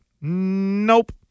Nope